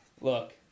Look